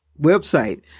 website